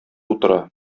утыра